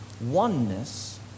oneness